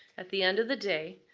at the end of the day,